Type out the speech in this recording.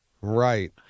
Right